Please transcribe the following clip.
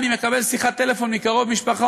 אני מקבל שיחת טלפון מקרוב משפחה,